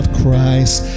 christ